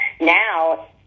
Now